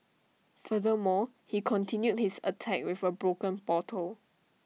furthermore he continued his attack with A broken bottle